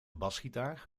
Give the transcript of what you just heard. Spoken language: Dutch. basgitaar